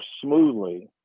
smoothly